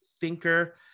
thinker